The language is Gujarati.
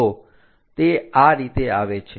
તો તે આ રીતે આવે છે